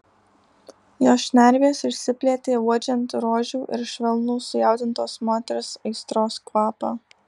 jo šnervės išsiplėtė uodžiant rožių ir švelnų sujaudintos moters aistros kvapą